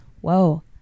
whoa